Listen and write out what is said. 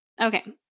Okay